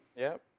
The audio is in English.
yeah.